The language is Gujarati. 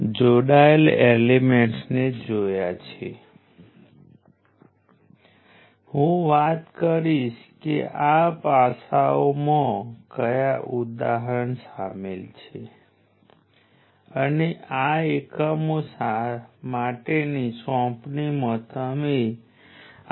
પ્રથમ હંમેશની જેમ આપણે પેસિવ સાઇન કન્વેન્શન સાથે વોલ્ટેજ અને કરંટની જેમ રઝિસ્ટરને ધ્યાનમાં લઈશું અને કોઈપણ બે ટર્મિનલ વાળા એલિમેન્ટ માટે P જે V I છે અને આ દરેક સમય આધારિત પણ હોઈ શકે છે પરંતુ હવે રઝિસ્ટર માટે વોલ્ટેજ કરંટ × રઝિસ્ટર છે